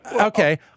Okay